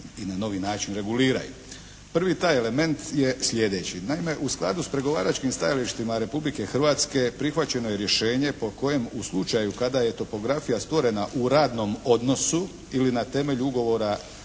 i na novi način reguliraju. Prvi taj element je sljedeći. Naime, u skladu s pregovaračkim stajalištima Republike Hrvatske prihvaćeno je rješenje po kojem u slučaju kada je topografija stvorena u radnom odnosu ili na temelju ugovora